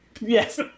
Yes